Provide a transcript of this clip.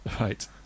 Right